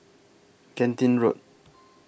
Genting Road